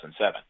2007